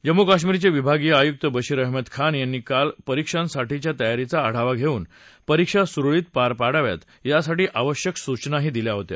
जम्मू काश्मीरचे विभागीय आयुक्त बशीर अहमद खान यांनी काल परीक्षांसाठीच्या तयारीचा आढावा घेऊन परीक्षा सुरळीत पार पडाव्यात यासाठी आवश्यक सूचनाही दिल्या होत्या